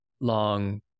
long